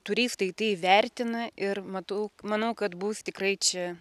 turistai tai įvertina ir matau manau kad bus tikrai čia